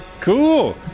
Cool